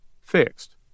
Fixed